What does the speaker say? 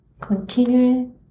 Continue